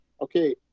okay